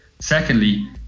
Secondly